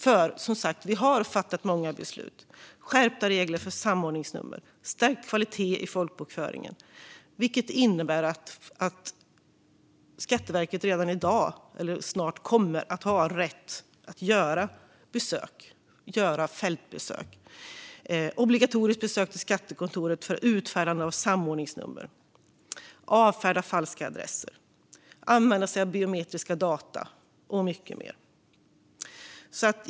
Vi har ju redan fattat många beslut, såsom skärpta regler för samordningsnummer och stärkt kvalitet i folkbokföringen, vilket innebär att Skatteverket redan i dag har, eller snart kommer att ha, rätt att göra fältbesök. Vi har också fattat beslut om obligatoriska besök för utfärdande av samordningsnummer, avfärdande av falska adresser, användande av biometriska data och mycket mer.